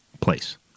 place